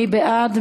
מי בעד?